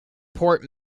port